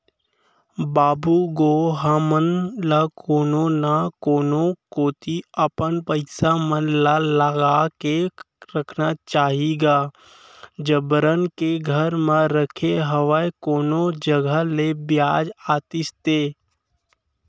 बाबू गो हमन ल कोनो न कोनो कोती अपन पइसा मन ल लगा के रखना चाही गा जबरन के घर म रखे हवय कोनो जघा ले बियाज आतिस ते